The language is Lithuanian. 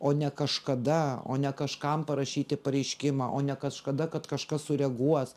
o ne kažkada o ne kažkam parašyti pareiškimą o ne kažkada kad kažkas sureaguos